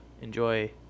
enjoy